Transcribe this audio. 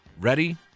Ready